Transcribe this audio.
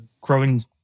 growing